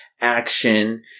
action